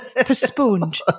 postponed